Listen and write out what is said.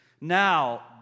Now